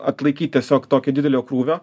atlaikyt tiesiog tokio didelio krūvio